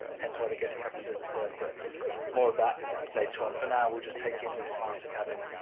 hence why the guest cabins at the stern, but more of that later on, for now we'll just take in this master cabin,